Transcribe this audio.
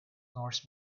norse